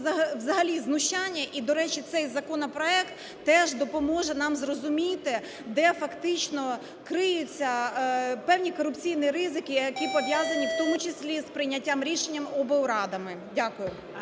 взагалі знущання. І, до речі, цей законопроект теж допоможе нам зрозуміти, де фактично криються певні корупційні ризики, які пов'язані у тому числі і з прийняттям рішення облрадами. Дякую.